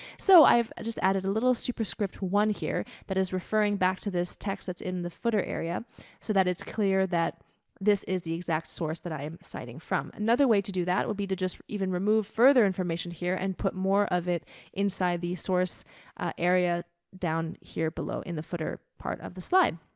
so i've just added a little superscript one here that is referring back to this text that's in the footer area so that it's clear that this is the exact source that i am citing from. another way to do that, it will be to just even remove further information here and put more of it inside the source area down here below in the footer part of the slide.